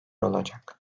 olacak